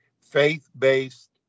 faith-based